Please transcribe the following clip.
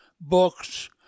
books